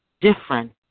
different